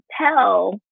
tell